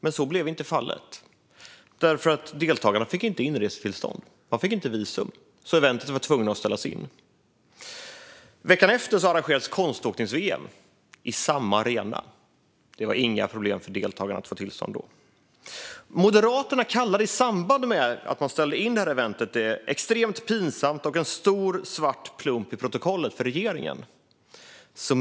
Men så blev inte fallet. Deltagarna fick inte inresetillstånd - de fick inte visum - så eventet måste ställas in. Veckan efter arrangerades konståknings-VM i samma arena. Det var inga problem för deltagarna att få tillstånd då. I samband med att eventet ställdes in kallade Moderaterna det för extremt pinsamt och en stor svart klump i protokollet för regeringen.